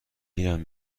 گیرم